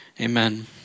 amen